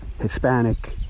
Hispanic